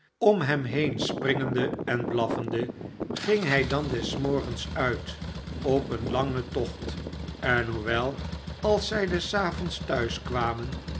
om hem heen springende en blaffende ging hij dan des morgens uit op een langen tocht en hoewel als zij des avonds thuis